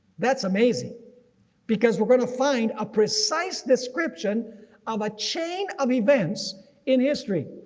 that's amazing because we're going to find a precise description of a chain of events in history.